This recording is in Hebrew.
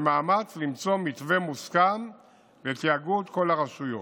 במאמץ למצוא מתווה מוסכם לתיאגוד כל הרשויות.